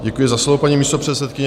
Děkuji za slovo, paní místopředsedkyně.